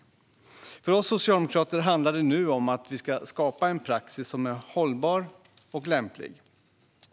För oss socialdemokrater handlar det nu om att skapa en praxis som är hållbar och lämplig.